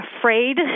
afraid